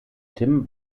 tim